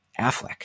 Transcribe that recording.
Affleck